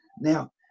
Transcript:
Now